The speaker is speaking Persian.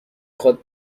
خواد